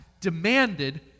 demanded